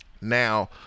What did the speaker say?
Now